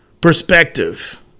perspective